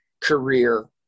career